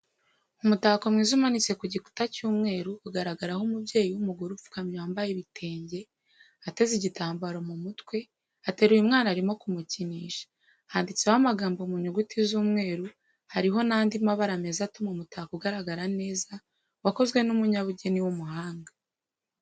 Umutako mwiza umanitse ku gikuta cy'umweru ugaragaraho umubyeyi w'umugore upfukamye wambaye ibitenge ateze igitambaro mu mutwe ateruye umwana arimo kumukinisha ,handitseho amagambo mu nyuguti z'umweru hariho n'andi mabara meza atuma umutako ugaragara neza wakozwe n'umunyabugeni w'umuhanga.